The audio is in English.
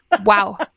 Wow